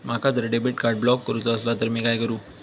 माका जर debit card block करूचा असला तर मी काय करू?